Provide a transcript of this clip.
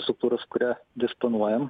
struktūros kuria disponuojam